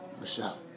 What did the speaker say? Michelle